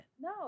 No